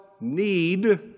need